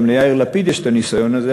גם ליאיר לפיד יש הניסיון הזה,